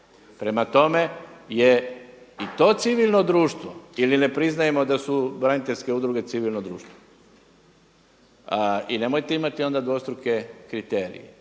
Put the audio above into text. Prema tome jel' i to civilno društvo ili ne priznajemo da su braniteljske udruge civilno društvo? I nemojte imati onda dvostruke kriterij.